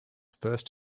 first